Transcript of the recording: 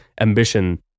ambition